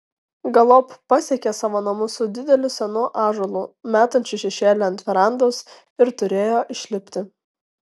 galop pasiekė savo namus su dideliu senu ąžuolu metančiu šešėlį ant verandos ir turėjo išlipti